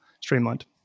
streamlined